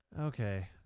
Okay